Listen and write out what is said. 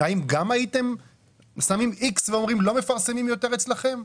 האם גם הייתם שמים איקס ואומרים לא מפרסמים יותר אצלכם?